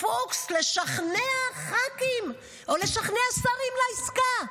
פוקס לשכנע ח"כים או לשכנע שרים לעסקה.